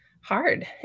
hard